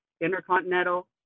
Intercontinental